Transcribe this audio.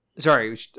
Sorry